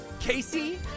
Casey